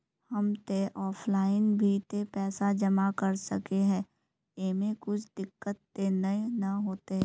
हम ते ऑफलाइन भी ते पैसा जमा कर सके है ऐमे कुछ दिक्कत ते नय न होते?